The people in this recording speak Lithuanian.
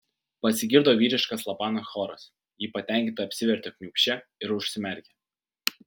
pasigirdo vyriškas labanakt choras ji patenkinta apsivertė kniūbsčia ir užsimerkė